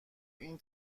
این